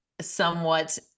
somewhat